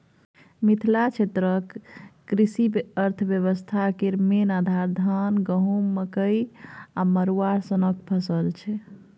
मिथिला क्षेत्रक कृषि अर्थबेबस्था केर मेन आधार, धान, गहुँम, मकइ आ मरुआ सनक फसल छै